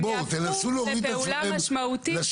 הם יהפכו לפעולה משמעותית.